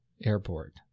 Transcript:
Airport